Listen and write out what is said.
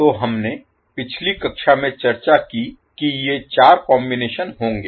तो हमने पिछली कक्षा में चर्चा की कि ये चार कॉम्बिनेशन होंगे